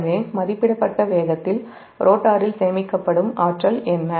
எனவே மதிப்பிடப்பட்ட வேகத்தில் ரோட்டரில் சேமிக்கப்படும் ஆற்றல் என்ன